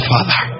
Father